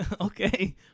okay